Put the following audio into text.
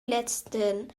letzten